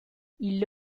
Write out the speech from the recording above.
ils